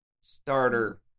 starter